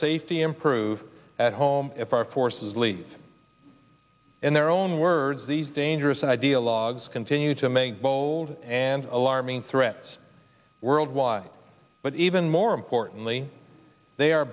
safety improve at home if our forces leave in their own words these dangerous ideologues continue to make bold and alarming threats worldwide but even more importantly they are